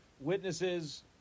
witnesses